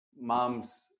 mom's